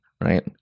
right